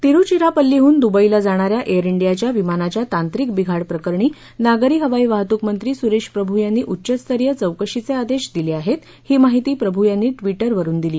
तिरुचिरापल्लीहून दुबईला जाणा या एअर डियाच्या विमानाच्या तांत्रिक बिघाड प्रकरणी नागरी हवाई वाहतूक मंत्री सुरेश प्रभू यांनी उच्चस्तरीय चौकशींचे आदेश दिले आहेत ही माहिती प्रभू यांनी ट्वीटरवरून दिली